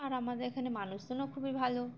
আর আমাদের এখানে মানুষজনও খুবই ভালো